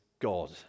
God